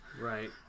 Right